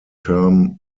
term